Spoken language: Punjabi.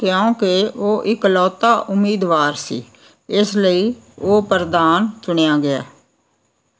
ਕਿਉਂਕਿ ਉਹ ਇਕਲੌਤਾ ਉਮੀਦਵਾਰ ਸੀ ਇਸ ਲਈ ਉਹ ਪ੍ਰਧਾਨ ਚੁਣਿਆ ਗਿਆ